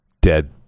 dead